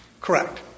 Correct